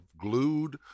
glued